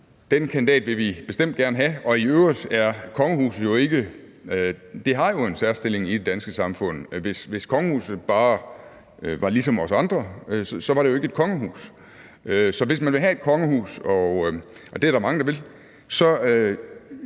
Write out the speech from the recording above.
Den kandidat vil vi bestemt gerne have. I øvrigt har kongehuset en særstilling i det danske samfund. Hvis kongehuset bare var som os andre, var det jo ikke et kongehus. Så hvis man vil have et kongehus, og det er der mange der vil, må